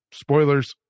Spoilers